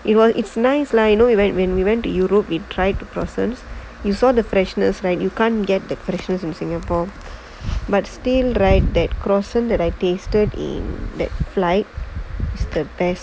it was it's nice lah you know we went when we went to europe with tried to croissant you saw the freshness right you can't get the freshness in singapore but steamed right that croissant that I tasted in that flight is the best